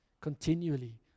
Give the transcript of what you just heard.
continually